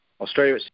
Australia